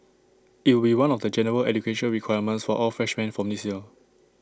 IT will be one of the general education requirements for all freshmen from this year